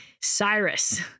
Cyrus